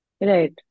right